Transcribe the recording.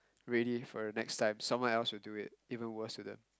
ready for their next life someone else will do it even worse to them